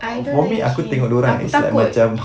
I don't like it aku takut